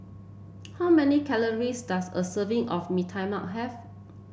how many calories does a serving of Mee Tai Mak have